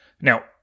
Now